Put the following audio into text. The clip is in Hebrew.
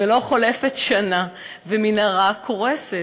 ולא חולפת שנה, ומנהרה קורסת.